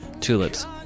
Tulips